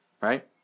Right